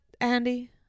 Andy